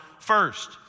first